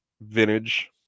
vintage